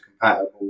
compatible